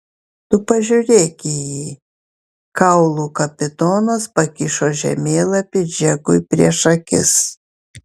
tu pažiūrėk jį kaulų kapitonas pakišo žemėlapį džekui prieš akis